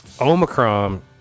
Omicron